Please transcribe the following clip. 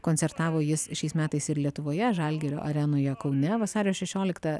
koncertavo jis šiais metais ir lietuvoje žalgirio arenoje kaune vasario šešioliktą